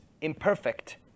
imperfect